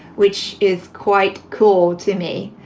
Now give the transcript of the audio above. which is quite cool to me.